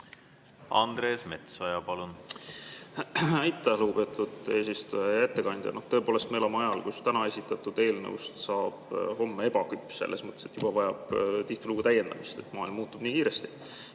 Andres Metsoja, palun! Aitäh, lugupeetud eesistuja! Hea ettekandja! Tõepoolest, me elame ajal, kui täna esitatud eelnõust saab homme ebaküps, selles mõttes, et ta vajab tihtilugu täiendamist, kuna maailm muutub nii kiiresti.